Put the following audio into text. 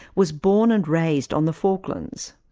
was born and raised on the falklands.